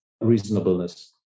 reasonableness